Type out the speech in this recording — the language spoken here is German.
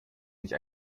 nicht